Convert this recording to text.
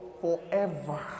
Forever